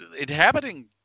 inhabiting